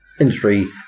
industry